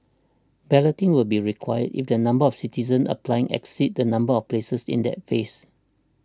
balloting will be required if the number of citizens applying exceeds the number of places in that phase